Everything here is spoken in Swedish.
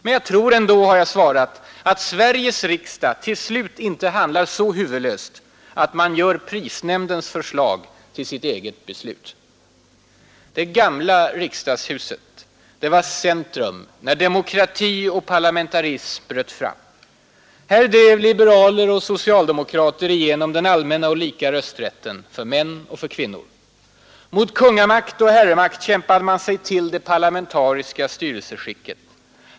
Men jag tror ändå, har jag svarat, att Sveriges riksdag till slut inte handlar så huvudlöst att man gör prisnämndens förslag till sitt eget. Det gamla riksdagshuset var centrum när demokrati och parlamentarism bröt fram. Här drev liberaler och socialdemokrater igenom den allmänna och lika rösträtten, för män och kvinnor. Mot kungamakt och herremakt kämpade man sig till det parlamentariska styrelseskicket.